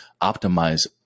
optimize